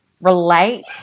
relate